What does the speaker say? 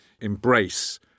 embrace